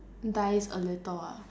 dies a little ah